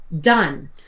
done